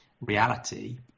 reality